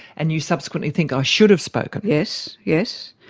and you subsequently think, i should have spoken? yes, yes.